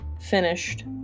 finished